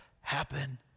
happen